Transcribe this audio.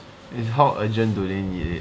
is how urgent do they need it